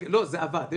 לא, זה עבד.